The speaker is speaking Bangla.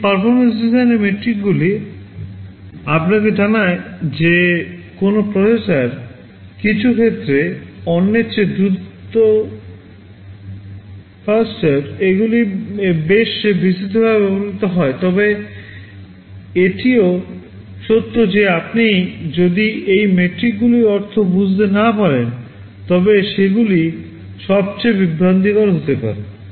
এই পারফরম্যান্স ডিজাইনের মেট্রিকগুলি আপনাকে জানায় যে কোন প্রসেসর কিছু ক্ষেত্রে অন্যের চেয়ে দ্রুত faster এগুলি বেশ বিস্তৃতভাবে ব্যবহৃত হয় তবে এটিও সত্য যে আপনি যদি এই মেট্রিকগুলির অর্থ বুঝতে না পারেন তবে সেগুলি সবচেয়ে বিভ্রান্তিকর হতে পারে